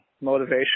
motivation